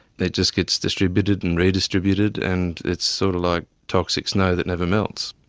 it just gets distributed and redistributed and it's sort of like toxic snow that never melts.